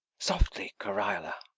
softly, cariola.